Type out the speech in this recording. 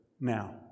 now